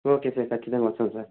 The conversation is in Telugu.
ఓకే సార్ ఖచ్చితంగా వస్తాను సార్